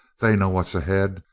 they know what's ahead.